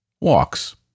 walks